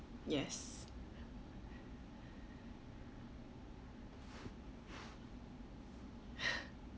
yes